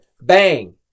bang